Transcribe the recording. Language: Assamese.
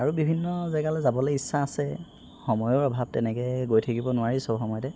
আৰু বিভিন্ন জেগালৈ যাবলৈ ইচ্ছা আছে সময়ৰ অভাৱ তেনেকৈ গৈ থাকিব নোৱাৰি চব সময়তে